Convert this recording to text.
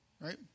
right